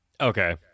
Okay